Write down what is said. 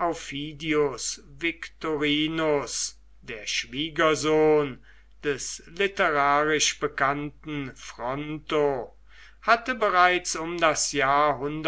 aufidius victorinus der schwiegersohn des literarisch bekannten fronto hatte bereits um das jahr einen